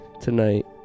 tonight